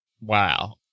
Wow